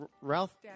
Ralph